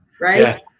Right